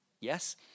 Yes